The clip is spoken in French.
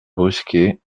brusquets